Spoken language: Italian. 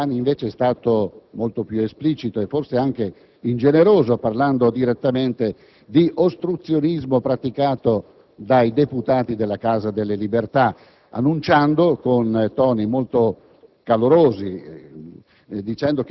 Il ministro Bersani, invece, è stato molto più esplicito e forse anche ingeneroso parlando direttamente di ostruzionismo praticato dai deputati della Casa delle libertà, e annunciando con toni molto calorosi